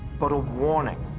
but a warning.